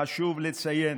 חשוב לציין